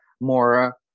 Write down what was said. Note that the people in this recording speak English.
more